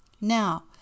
Now